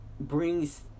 brings